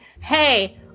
hey